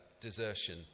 desertion